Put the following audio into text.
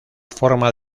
forma